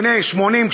בני 80,